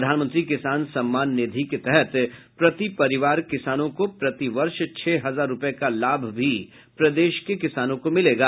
प्रधानमंत्री किसान सम्मान निधि के तहत प्रति परिवार किसानों को प्रति वर्ष छह हजार रूपये का लाभ भी प्रदेश के किसानों को मिलेगा